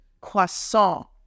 croissant